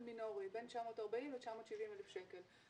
מינורי בין 940,000 ל-970,000 שקלים.